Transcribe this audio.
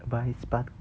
but is but~